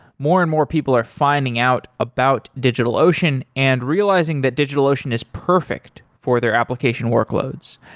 more and more people are finding out about digitalocean and realizing that digitalocean is perfect for their application workloads.